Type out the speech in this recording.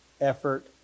effort